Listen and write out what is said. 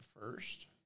first